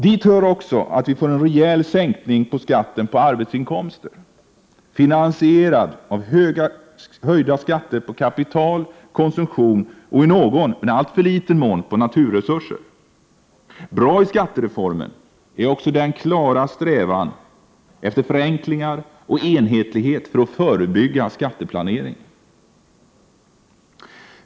Dit hör också att vi får en rejäl sänkning av skatten på arbetsinkomster, finansierad av höjda skatter på kapital, konsumtion och i någon, men alltför liten mån, på naturresurser. Bra i skattereformen är också den klara strävan efter förenklingar och enhetlighet för att förebygga skatteplanering.